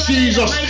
Jesus